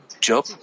Job